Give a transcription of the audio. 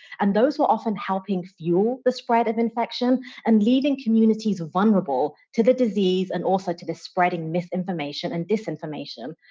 and those were often helping fuel the spread of infection and leaving communities vulnerable to the disease and also to the spreading misinformation and disinformation.